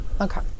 okay